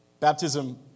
Baptism